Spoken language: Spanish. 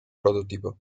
prototipo